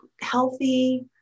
healthy